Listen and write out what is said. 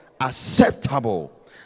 Acceptable